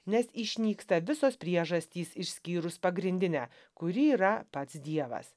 nes išnyksta visos priežastys išskyrus pagrindinę kuri yra pats dievas